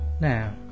Now